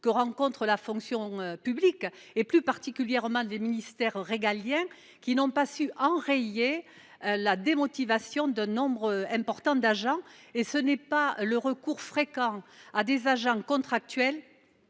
que rencontre la fonction publique, plus particulièrement les ministères régaliens, lesquels n’ont pas su enrayer la démotivation d’un nombre important d’agents. Et ce n’est pas le recours fréquent à des agents contractuels